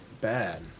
bad